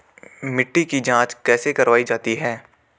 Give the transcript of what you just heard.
मिट्टी की जाँच कैसे करवायी जाती है?